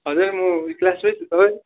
हजुर म यी क्लासमै छु तपाईँ